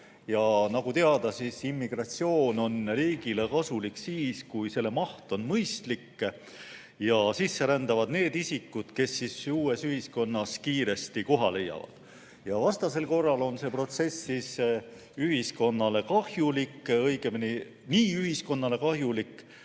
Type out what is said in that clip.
Nagu teada, immigratsioon on riigile kasulik siis, kui selle maht on mõistlik ja sisse rändavad isikud, kes uues ühiskonnas kiiresti koha leiavad. Vastasel korral on see protsess ühiskonnale kahjulik, õigemini nii ühiskonnale kahjulik